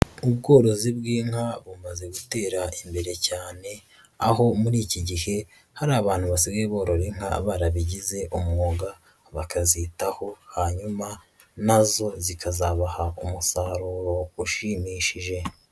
Ubworozi bw'inka bumaze gutera imbere cyane, aho muri iki gihe hari abantu basigaye borora inka barabigize umwuga, bakazitaho hanyuma na zo zikazabaha umusaruro ushimishije.